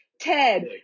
Ted